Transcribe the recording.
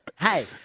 Hey